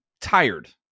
tired